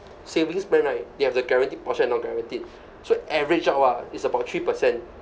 savings plan right they have the guarantee portion and not guaranteed so average out ah is about three per cent